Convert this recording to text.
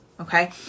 Okay